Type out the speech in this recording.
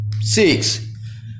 Six